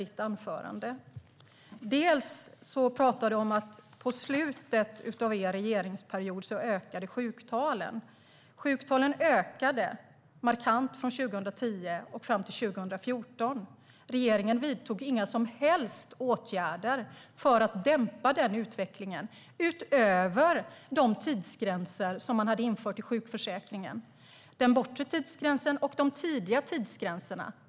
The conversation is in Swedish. Du talar om att sjuktalen ökade i slutet av er regeringsperiod. Sjuktalen ökade markant från 2010 fram till 2014. Regeringen vidtog inga som helst åtgärder för att dämpa den utvecklingen utöver de tidsgränser som man hade infört i sjukförsäkringen - den bortre tidsgränsen och de tidiga tidsgränserna.